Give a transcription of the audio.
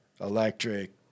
electric